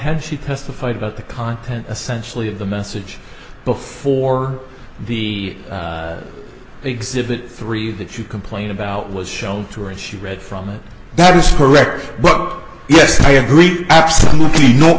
had she testified about the content essentially of the message before the exhibit three that you complained about was shown to her and she read from it that is correct but yes i agree absolutely no